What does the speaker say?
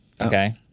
Okay